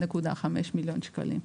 1.5 מיליון שקלים,